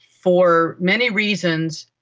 for many reasons,